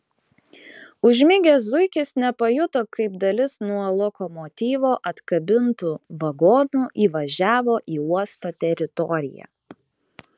užmigęs zuikis nepajuto kaip dalis nuo lokomotyvo atkabintų vagonų įvažiavo į uosto teritoriją